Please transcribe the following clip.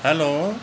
hello